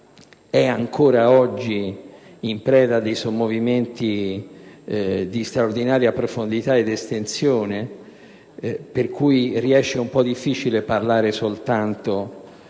è ancora oggi in preda a sommovimenti di straordinaria profondità ed estensione, per cui riesce un po' difficile parlare soltanto